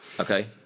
Okay